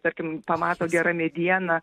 tarkim pamato gera mediena